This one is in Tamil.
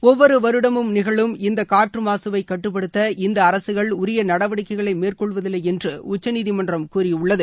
ஒவ்வொருவருடமும் நிகழும் இந்தகாற்றமாகவைகட்டுப்படுத்த இந்தஅரசுகள் உரியநடவடிக்கைகள் மேற்கொள்வதில்லைஎன்றுஉச்சநீதிமன்றம் கூறியுள்ளது